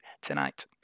tonight